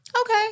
Okay